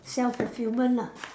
self fulfilment lah